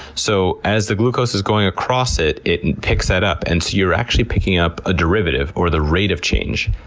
so as the glucose is going across it, it picks that up, and so you're actually picking up a derivative, or the rate of change,